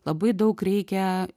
labai daug reikia